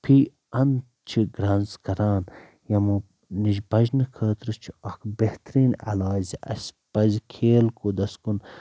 فی اند چھِ گرٛنز کران یِمو نش بچنہٕ خٲطرٕ چھُ اکھ بہتریٖن علاج زِ اسہِ پزِ کھیل کوٗدس کُن